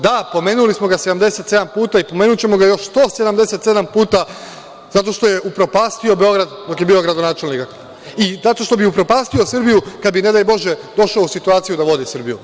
Da, pomenuli smo ga 77 puta i pomenućemo ga još 177 puta zato što je upropastio Beograd dok je bio gradonačelnik i zato što bi upropastio Srbiju kada bi, ne daj Bože, došao u situaciju da vodi Srbiju.